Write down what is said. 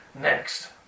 Next